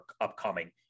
upcoming